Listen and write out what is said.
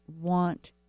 want